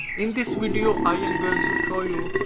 in this video i am going to show you